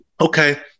Okay